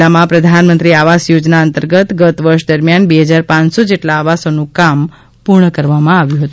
જિલ્લામાં પ્રધાનમંત્રી આવાસ યોજના અંતર્ગત ગત વર્ષ દરમિયાન બે ફજાર પાંચસો જેટલા આવાસોનું કામ પૂર્ણ કરવામાં આવ્યું છે